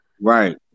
right